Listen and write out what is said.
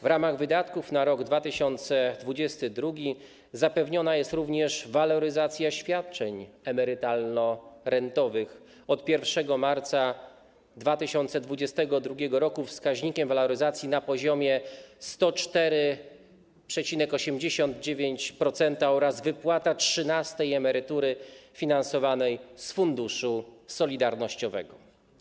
W ramach wydatków na rok 2022 zapewniona jest również waloryzacja świadczeń emerytalno-rentowych, od 1 marca 2022 r. wskaźnikiem waloryzacji na poziomie 104,89%, oraz wypłata 13. emerytury finansowanej z Funduszu Solidarnościowego.